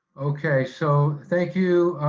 okay, so thank you,